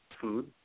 food